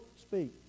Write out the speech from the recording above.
speak